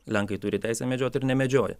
lenkai turi teisę medžiot ir nemedžioja